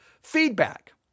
feedback